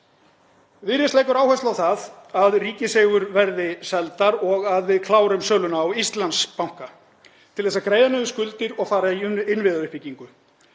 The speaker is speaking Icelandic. Viðreisn leggur áherslu á það að ríkiseigur verði seldar og að við klárum söluna á Íslandsbanka til að greiða niður skuldir og fara í innviðauppbyggingu.